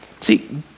See